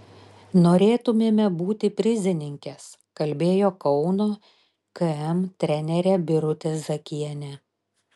norėtumėme būti prizininkės kalbėjo kauno km trenerė birutė zakienė